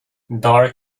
dark